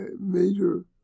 major